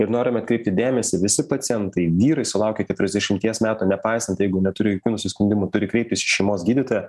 ir norime atkreipti dėmesį visi pacientai vyrai sulaukę keturiasdešimties metų nepaisant jeigu neturi jokių nusiskundimų turi kreiptis į šeimos gydytoją